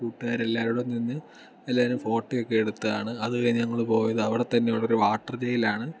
കൂട്ടുകാർ എല്ലാവരും കൂടി നിന്ന് എല്ലാവരും ഫോട്ടോയൊക്കെ എടുത്താണ് അത് കഴിഞ്ഞ് ഞങ്ങൾ പോയത് അവിടെ തന്നെയുള്ള വാട്ടർ വേയിലാണ്